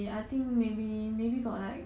oh